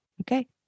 Okay